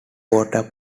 water